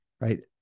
right